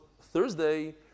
Thursday